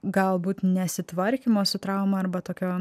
galbūt nesitvarkymo su trauma arba tokio